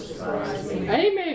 Amen